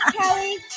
kelly